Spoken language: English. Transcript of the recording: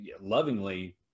lovingly